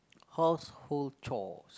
household chores